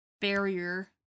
barrier